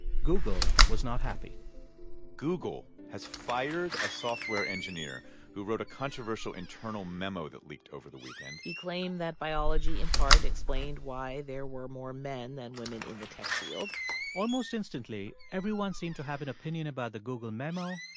google was not happy google has fired a software engineer who wrote a controversial internal memo that leaked over the weekend he claimed that biology, in part, explained why there were more men than women in the tech field almost instantly, everyone seemed to have an opinion about the google memo,